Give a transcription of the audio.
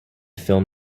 film